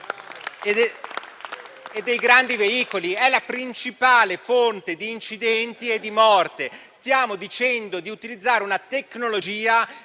e dei grandi veicoli, che sono la principale fonte di incidenti, anche mortali. Stiamo chiedendo di utilizzare una tecnologia